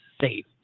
safe